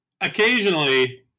occasionally